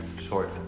short